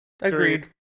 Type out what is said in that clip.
Agreed